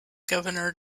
governor